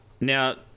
Now